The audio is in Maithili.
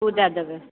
ओ दे देबै